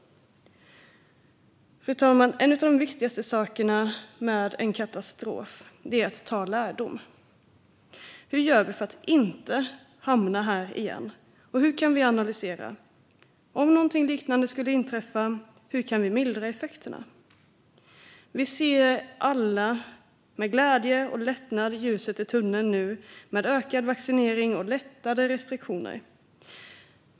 Fru talman! En av de viktigaste sakerna med en katastrof är att dra lärdom: Hur gör vi för att inte hamna här igen? Och om något liknande skulle inträffa igen, hur kan vi mildra effekterna? Vi ser alla med glädje och lättnad ljuset i tunneln, med ökad vaccinering och lättade restriktioner.